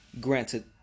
granted